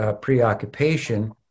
preoccupation